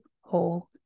whole